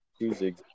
music